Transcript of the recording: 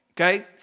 Okay